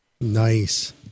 Nice